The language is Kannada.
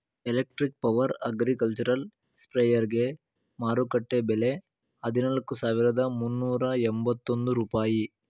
ಎಲೆಕ್ಟ್ರಿಕ್ ಪವರ್ ಅಗ್ರಿಕಲ್ಚರಲ್ ಸ್ಪ್ರೆಯರ್ಗೆ ಮಾರುಕಟ್ಟೆ ಬೆಲೆ ಹದಿನಾಲ್ಕು ಸಾವಿರದ ಮುನ್ನೂರ ಎಂಬತ್ತೊಂದು ರೂಪಾಯಿ